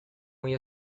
muy